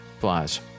flies